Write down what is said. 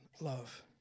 love